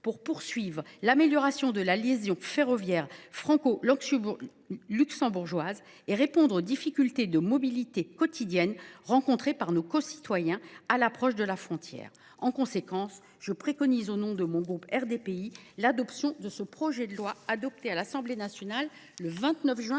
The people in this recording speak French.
pour poursuivre l’amélioration de la liaison ferroviaire franco luxembourgeoise et répondre aux difficultés de mobilité quotidiennes rencontrées par nos concitoyens à l’approche de la frontière. En conséquence, je préconise, au nom du groupe RDPI, l’adoption de ce projet de loi, déjà voté par l’Assemblée nationale le 29 juin 2023.